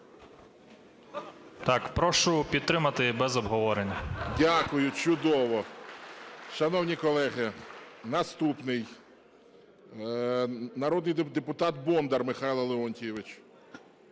І.С. Прошу підтримати без обговорення. ГОЛОВУЮЧИЙ. Дякую. Чудово. Шановні колеги, наступний народний депутат Бондар Михайло Леонтійович.